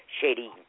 shady